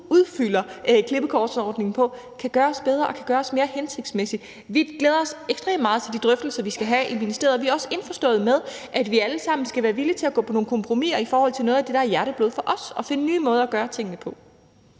udfylder klippekortordningen på, kan gøres bedre og kan gøres mere hensigtsmæssig. Vi glæder os ekstremt meget til de drøftelser, vi skal have i ministeriet. Vi er også indforstået med, at vi alle sammen skal være villig til at gå på nogle kompromiser i forhold til noget af det, der er hjerteblod for os, sådan at vi kan finde nye måder at gøre tingene på.